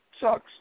Sucks